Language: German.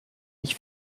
ich